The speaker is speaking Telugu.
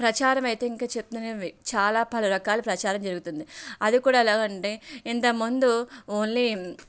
ప్రచారం అయితే ఇంకా చెప్తున్నాను కదా చాలా పలు రకాల ప్రచారం జరుగుతుంది అది కూడా ఎలాగ అంటే ఇంతకు ముందు ఓన్లీ